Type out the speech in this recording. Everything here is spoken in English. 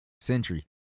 Sentry